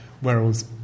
whereas